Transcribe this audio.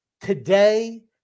today